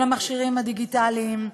כל המכשירים הדיגיטליים,